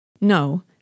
No